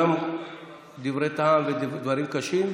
גם דברי טעם וגם דברים קשים,